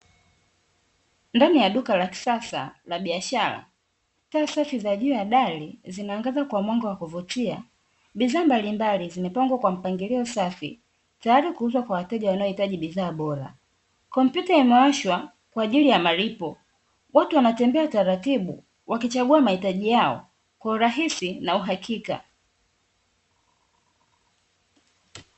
Ndani ya duka la kisasa la biashara taa safi juu ya dari zinaangaza kwa mwanga wa kuvutia. Bidhaa mbalimbali zimepangwa kwa mpangilio safi tayari kwa kuuzwa kwa wateja wanaohitaji bidhaa bora. Kompyuta imewashwa kw ajili ya malipo watu wanatembea taratibu wakichagua mahitaji yao kwa urahisi na uhakika.